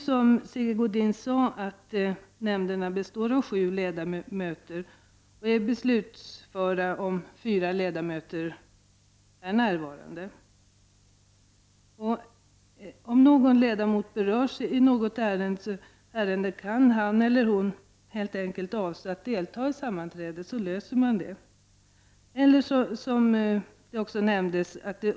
Som Sigge Godin sade, består nämnderna av sju ledamöter och är beslutsföra om fyra ledamöter är närvarande. Om någon ledamot berörs i ett ärende kan han eller hon helt enkelt avstå från att delta i sammanträdet och därmed är problemet löst.